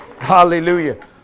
Hallelujah